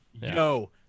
Yo